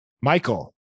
Michael